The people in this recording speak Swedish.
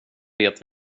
vet